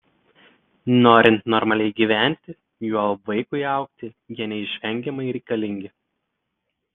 norint normaliai gyventi juolab vaikui augti jie neišvengiamai reikalingi